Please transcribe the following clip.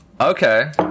Okay